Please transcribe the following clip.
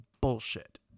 bullshit